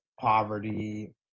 poverty